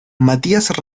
matías